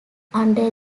under